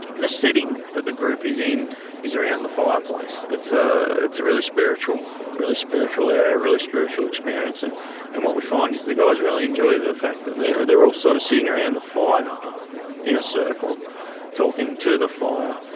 the setting that the group is in is around the fireplace. it's ah a really spiritual really spiritual area, really spiritual experience, and and what we find is the guys really enjoy the fact that they are they are all sort of sitting around the fire in a circle talking to the fire,